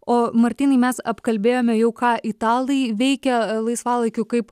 o martynai mes apkalbėjome jau ką italai veikia laisvalaikiu kaip